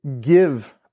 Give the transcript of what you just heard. give